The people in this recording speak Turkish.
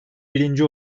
birinci